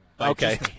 Okay